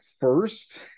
first